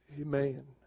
Amen